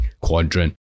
quadrant